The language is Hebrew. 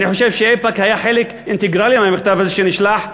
אני חושב שאיפא"ק היה חלק אינטגרלי של המכתב הזה שנשלח,